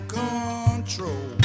control